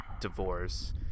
divorce